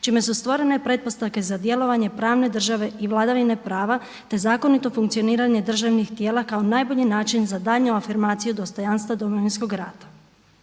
čime su stvorene pretpostavke za djelovanje pravne države i vladavine prava, te zakonito funkcioniranje državnih tijela kao najbolji način za daljnju afirmaciju dostojanstva Domovinskog rata.